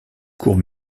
courts